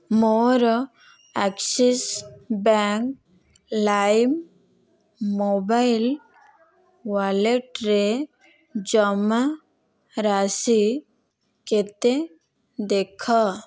ମୋ'ର Axis bank Lime mobile ୱାଲେଟରେ ଜମା ରାଶି କେତେ ଦେଖ